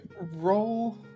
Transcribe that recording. roll